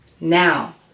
Now